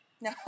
No